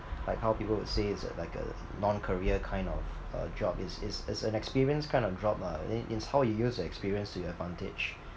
like how people would say it's a like a non-career kind of uh job it's it's it's an experience kind of job lah it's it's how you use the experience to your advantage